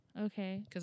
okay